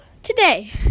today